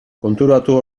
konturatu